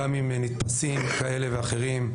גם אם נתפסים כאלה ואחרים,